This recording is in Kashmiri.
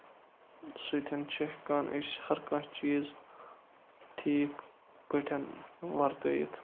سۭتۍ چھِ ہیٚکان أسۍ ہَر کانٛہہ چیٖز ٹھیٖک پٲٹھۍ وَرتٲوِتھ